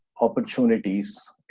opportunities